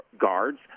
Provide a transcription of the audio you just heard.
guards